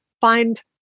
find